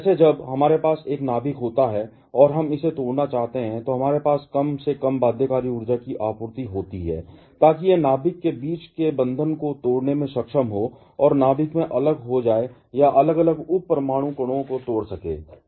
जैसे जब हमारे पास एक नाभिक होता है और हम इसे तोड़ना चाहते हैं तो हमारे पास कम से कम बाध्यकारी ऊर्जा की आपूर्ति होती है ताकि यह नाभिक के बीच के बंधन को तोड़ने में सक्षम हो और नाभिक में अलग हो जाए या अलग अलग उप परमाणु कणों को तोड़ सके